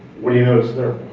what do you notice there?